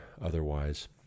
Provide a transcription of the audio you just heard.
otherwise